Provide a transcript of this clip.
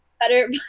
better